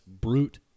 brute